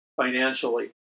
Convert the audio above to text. financially